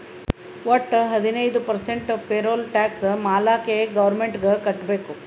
ವಟ್ಟ ಹದಿನೈದು percent payroll tax ಮಾಲ್ಲಾಕೆ ಗೌರ್ಮೆಂಟ್ಗ್ ಕಟ್ಬೇಕ್